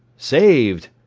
saved!